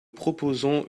proposons